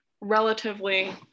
relatively